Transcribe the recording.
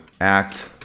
act